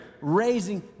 raising